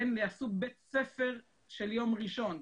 יעשו בית ספר של יום ראשון,